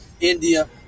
India